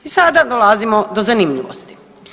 I sada dolazimo do zanimljivosti.